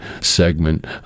segment